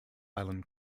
ireland